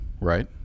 right